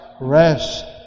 rest